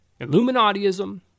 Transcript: Illuminatiism